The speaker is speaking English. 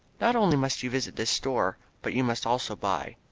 not only must you visit this store but you must also buy.